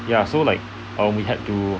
ya so like um we had to